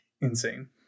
insane